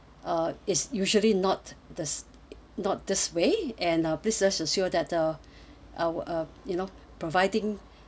uh is usually not this not this way and uh please rest assure that uh our uh you know providing